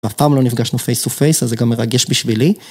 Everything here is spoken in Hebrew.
ואף פעם לא נפגשנו פייס-טו פייס, אז זה גם מרגש בשבילי.